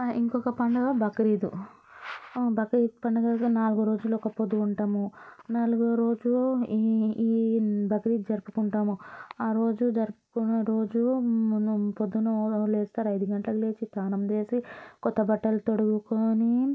ఇంకొక పండుగ బక్రీద్ బక్రీద్ పండుగకు నాలుగు రోజులు ఒక్కపొద్దు ఉంటాము నాలుగో రోజు ఈ ఈ బక్రీద్ జరుపుకుంటాము ఆరోజు జరుపుకున్న రోజు మనం పొద్దున లేస్తారు ఐదు గంటలకి లేచి స్నానం చేసి కొత్త బట్టలు తొడుక్కొని